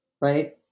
Right